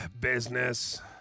business